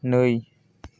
नै